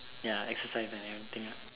ya exercise and everything ah